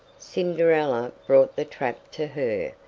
cinderella brought the trap to her,